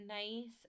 nice